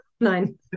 Nein